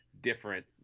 different